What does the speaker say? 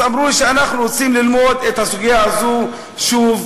אז אמרו: אנחנו רוצים ללמוד את הסוגיה הזו שוב,